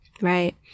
right